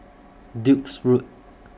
Duke's Road